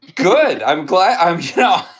good. i'm glad i'm yeah